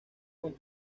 con